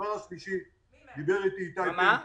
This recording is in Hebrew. מחודש מרץ אנחנו